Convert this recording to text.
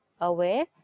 aware